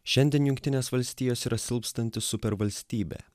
šiandien jungtinės valstijos yra silpstanti super valstybė